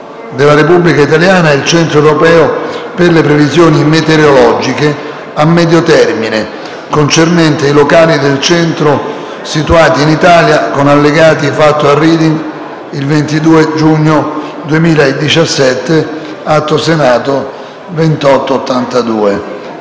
della Repubblica italiana e il Centro europeo per le previsioni meteorologiche a medio termine concernente i locali del Centro situati in Italia, con Allegati, fatto a Reading il 22 giugno 2017. Art. 2.